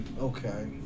Okay